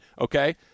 Okay